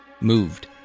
Moved